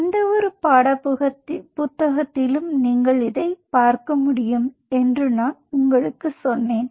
எந்தவொரு பாடப்புத்தகத்திலும் நீங்கள் பார்க்க முடியும் என்று நான் உங்களுக்குச் சொன்னேன்